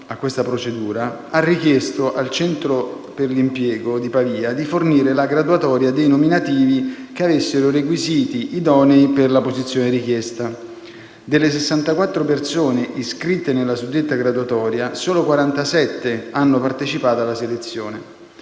a questa procedura, ha richiesto al centro per l'impiego di Pavia di fornire la graduatoria dei nominativi che avessero i requisiti idonei per la posizione richiesta. Delle 64 persone iscritte nella suddetta graduatoria, solo 47 hanno partecipato alla selezione;